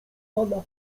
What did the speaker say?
pana